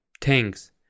Tanks